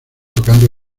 tocando